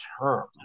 term